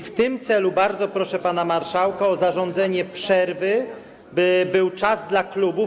W tym celu bardzo proszę pana marszałka o zarządzenie przerwy, by był czas dla klubów.